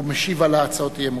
הוא משיב על הצעות האי-אמון.